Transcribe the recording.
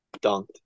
dunked